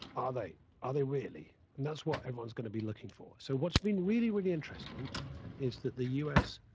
ah they are they really? and that's what everyone's going to be looking for. so what's been really, really interesting is that the u s.